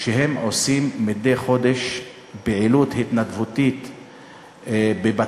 והם עושים מדי חודש פעילות התנדבותית בבתי-יתומים,